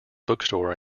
bookstore